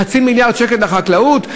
חצי מיליארד שקל לחקלאות?